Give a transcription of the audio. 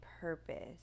purpose